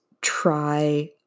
try